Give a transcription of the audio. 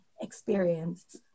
experience